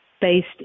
based